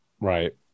right